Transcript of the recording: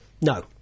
No